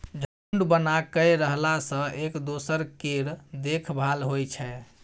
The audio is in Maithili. झूंड बना कय रहला सँ एक दोसर केर देखभाल होइ छै